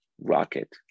rocket